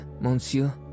monsieur